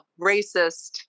racist